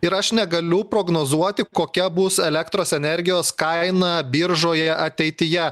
ir aš negaliu prognozuoti kokia bus elektros energijos kaina biržoje ateityje